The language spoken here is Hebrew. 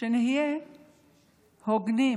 שנהיה הוגנים